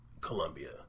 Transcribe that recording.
Colombia